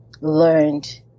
learned